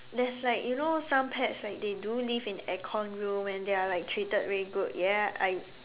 there's like you know some pets like they do live in aircon room and they are like treated very good ya I